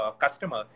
customer